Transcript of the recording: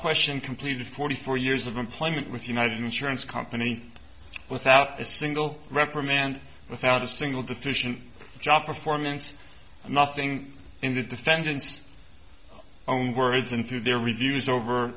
question completed forty four years of employment with united insurance company without a single reprimand without a single deficient job performance nothing in the defendant's own words and through their reviews over